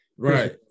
Right